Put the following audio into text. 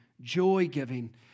joy-giving